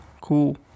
Cool